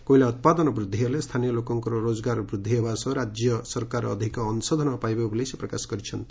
କୋଇଲା ଉପାଦନ ବୃଦ୍ଧି ହେଲେ ସ୍ଚାନୀୟ ଲୋକଙ୍କର ରୋକଗାର ବୃଦ୍ଧି ହେବା ସହ ରାଜ୍ୟ ସରକାର ଅଧିକ ଅଂଶଧନ ପାଇବେ ବୋଲି ସେ ପ୍ରକାଶ କରିଛନ୍ତି